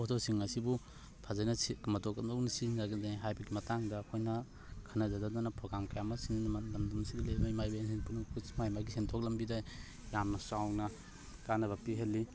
ꯄꯣꯠꯊꯣꯛꯁꯤꯡ ꯑꯁꯤꯕꯨ ꯐꯖꯟꯅ ꯃꯇꯧ ꯀꯝꯗꯧꯅ ꯁꯤꯖꯤꯟꯅꯒꯅꯤ ꯍꯥꯏꯕꯒꯤ ꯃꯇꯥꯡꯗ ꯑꯩꯈꯣꯏꯅ ꯈꯟꯅꯖꯖꯗꯨꯅ ꯄ꯭ꯔꯣꯒ꯭ꯔꯥꯝ ꯀꯌꯥ ꯑꯃ ꯁꯤꯟ ꯂꯝꯗꯝ ꯑꯁꯤꯗ ꯂꯩꯔꯤꯕ ꯏꯃꯥ ꯏꯕꯦꯜꯁꯤꯡ ꯄꯨꯝꯅꯃꯛꯄꯨ ꯃꯥ ꯃꯥꯒꯤ ꯁꯦꯟꯊꯣꯛ ꯂꯝꯕꯤꯗ ꯌꯥꯝꯅ ꯆꯥꯎꯅ ꯀꯥꯟꯅꯕ ꯄꯤꯍꯜꯂꯤ